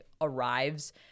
arrives